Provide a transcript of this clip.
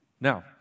Now